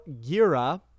Gira